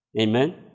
Amen